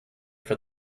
for